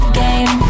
game